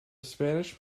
spanish